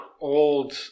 Old